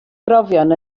brofion